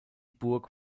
burg